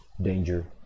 danger